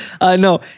no